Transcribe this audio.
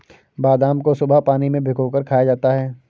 बादाम को सुबह पानी में भिगोकर खाया जाता है